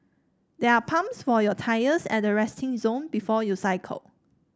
there are pumps for your tyres at the resting zone before you cycle